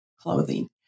clothing